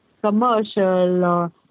commercial